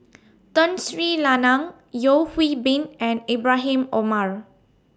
Tun Sri Lanang Yeo Hwee Bin and Ibrahim Omar